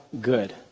good